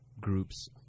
groups